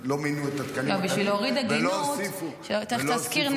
לא מינו את התקנים ולא הוסיפו תקנים -- בשביל להוריד עגינות צריך חוק.